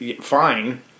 Fine